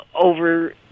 over